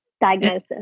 diagnosis